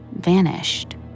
vanished